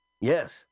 Yes